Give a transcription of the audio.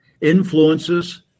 influences